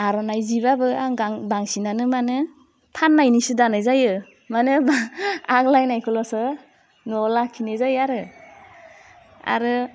आर'नाइ जिबाबो आं गां बांसिनानो मानो फान्नायनिसो दानाय जायो मानो होमबा आग्लाइनायखौल'सो न'वाव लाखिनाय जायो आरो आरो